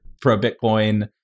pro-Bitcoin